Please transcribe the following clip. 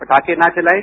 पटाखे न जलाएं